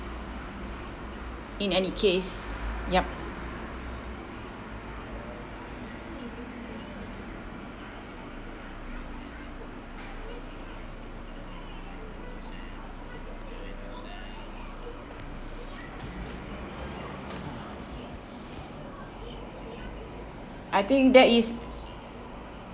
in any case yup I think that is